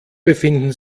befinden